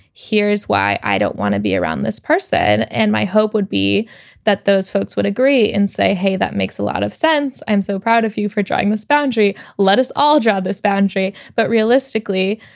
here's why i don't want to be around this person and my hope would be that those folks would agree and say, hey, that makes a lot of sense. i'm so proud of you for drawing this boundary. let us all job as boundary. but realistically,